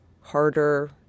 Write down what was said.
harder